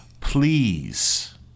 please